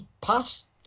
past